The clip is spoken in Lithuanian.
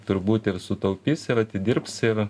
turbūt ir sutaupys ir atidirbs ir